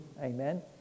amen